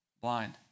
Blind